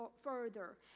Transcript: further